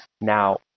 Now